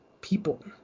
people